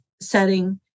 setting